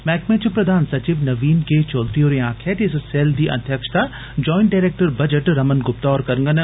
मैह्कमें च प्रधानसचिव नवीन के चौधरी होरें आक्खेआ ऐ जे इस सेल्ल दी अध्यक्षता joint director budget Raman Gupta होर करगंन